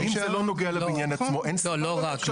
אם זה לא נוגע לבניין עצמו --- לא, לא רק.